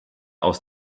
aus